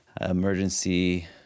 emergency